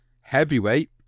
heavyweight